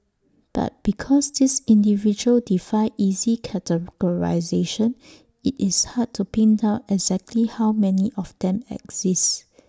but because these individuals defy easy categorisation IT is hard to pin down exactly how many of them exist